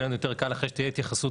יהיה לנו יותר קל אחרי שתהיה התייחסות